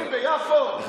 אבל הוא מדבר שטויות.